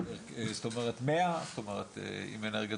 זאת אומרת מ- - זאת אומרת אם אנרגיות